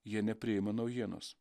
jie nepriima naujienos